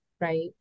right